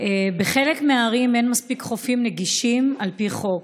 בחלק מהערים אין מספיק חופים נגישים על פי חוק.